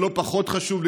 ולא פחות חשוב,